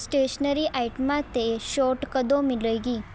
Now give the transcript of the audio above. stationery ਆਈਟਮਾਂ 'ਤੇ ਛੋਟ ਕਦੋਂ ਮਿਲੇਗੀ